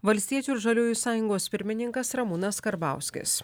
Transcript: valstiečių ir žaliųjų sąjungos pirmininkas ramūnas karbauskis